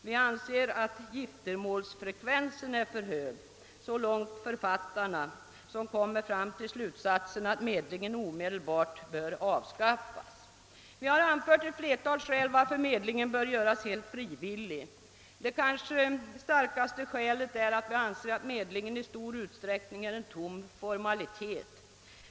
Vi anser att giftermålsfrekvensen är för hög.» Så långt författarna, som kommer fram till slutsatsen, att medlingen omedelbart bör avskaffas. Vi har anfört ett flertal skäl varför medlingen bör göras helt frivillig. Det kanske starkaste skälet är att vi anser att medlingen i stor utsträckning är en tom formalitet.